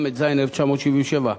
התשל"ז 1977,